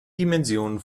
dimensionen